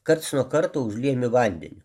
karts nuo karto užliejami vandeniu